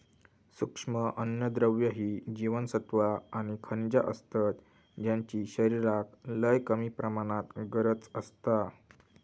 सूक्ष्म अन्नद्रव्य ही जीवनसत्वा आणि खनिजा असतत ज्यांची शरीराक लय कमी प्रमाणात गरज असता